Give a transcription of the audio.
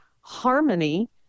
harmony